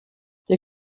they